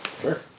Sure